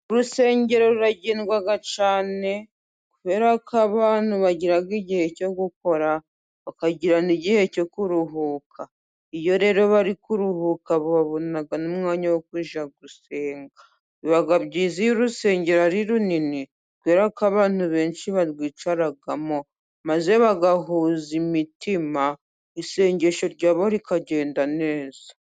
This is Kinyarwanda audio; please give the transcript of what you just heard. Urusengero ruragendwa cyane, kubera ko abantu bagira igihe cyo gukora, bakagira n'igihe cyo kuruhuka. Iyo rero bari kuruhuka babona n'umwanya wo kujya gusenga. Biba byiza iyo urusengero ari runini, kubera ko abantu benshi barwicaramo, maze bagahuza imitima isengesho ryabo rikagenda neza.